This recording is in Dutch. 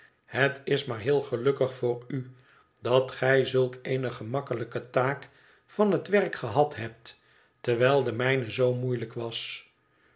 het is maar heel gelukkig voor u dat gij zulk eene gemakkelijke taak van het werk gehad hebt terwijl de mijne zoo moeilijk was